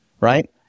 right